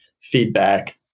feedback